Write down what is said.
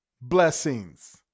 blessings